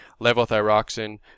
Levothyroxine